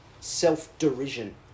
self-derision